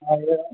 હા જી